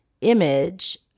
image